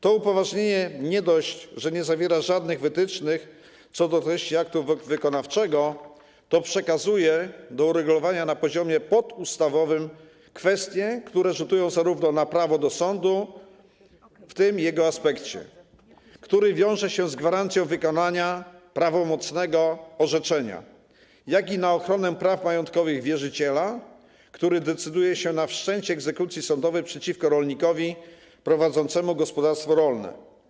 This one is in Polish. To upoważnienie nie dość, że nie zawiera żadnych wytycznych co do treści aktu wykonawczego, to przekazuje do uregulowania na poziomie podustawowym kwestie, które rzutują zarówno na prawo do sądu w tym jego aspekcie, który wiąże się z gwarancją wykonania prawomocnego orzeczenia, jak i na ochronę praw majątkowych wierzyciela, który decyduje się na wszczęcie egzekucji sądowej przeciwko rolnikowi prowadzącemu gospodarstwo rolne.